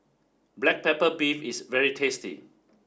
black pepper beef is very tasty